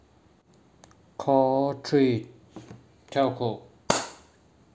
call three telco